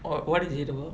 what what is it about